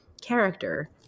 character